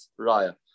raya